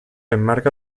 enmarca